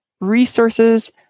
Resources